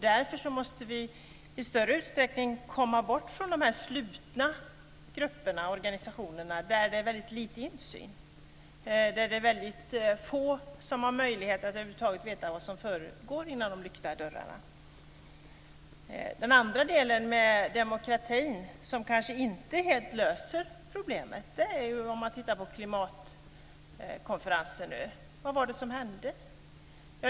Därför måste vi i större utsträckning komma bort från de slutna grupperna och organisationerna där det är lite insyn, där det är få som har möjlighet att veta vad som försiggår bakom lyckta dörrar. Den del av demokratin som inte helt löser problemet kan vi se i fråga om klimatkonferensen. Vad var det som hände?